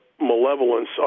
malevolence